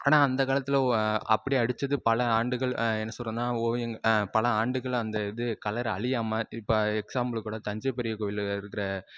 ஆனால் அந்தக்காலத்தில் அப்படி அடிச்சது பல ஆண்டுகள் என்ன சொல்றதுன்னால் ஓவியங்கள் பல ஆண்டுகளில் அந்த இது கலர் அழியாமல் இப்போ எக்ஸாம்புளுக்குக்கூட தஞ்சை பெரியகோயிலில் இருக்கிற